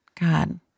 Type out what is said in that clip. God